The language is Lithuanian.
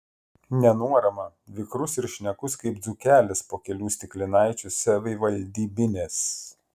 nenuorama vikrus ir šnekus kaip dzūkelis po kelių stiklinaičių savivaldybinės